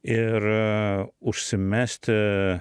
ir užsimesti